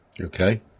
Okay